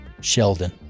Sheldon